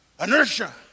Inertia